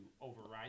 override